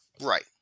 Right